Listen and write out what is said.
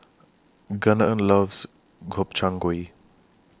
Gunnar loves Gobchang Gui